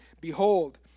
behold